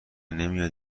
نمیاد